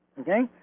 Okay